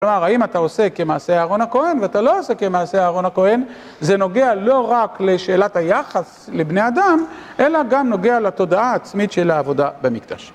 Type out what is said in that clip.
כלומר, האם אתה עושה כמעשה אהרון הכהן ואתה לא עושה כמעשה אהרון הכהן, זה נוגע לא רק לשאלת היחס לבני אדם, אלא גם נוגע לתודעה העצמית של העבודה במקדש.